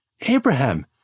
Abraham